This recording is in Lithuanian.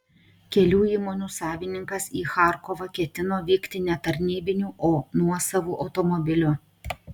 kelių įmonių savininkas į charkovą ketino vykti ne tarnybiniu o nuosavu automobiliu